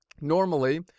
normally